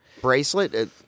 bracelet